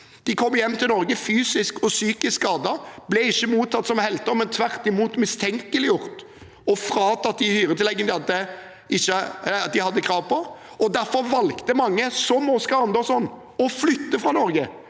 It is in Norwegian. De kom hjem til Norge fysisk og psykisk skadet, ble ikke mottatt som helter, men tvert imot mistenkeliggjort og fratatt de hyretilleggene de hadde krav på. Derfor valgte mange, som Oscar Anderson, å flytte fra Norge